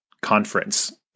conference